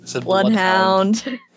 Bloodhound